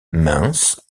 minces